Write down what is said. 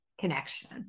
connection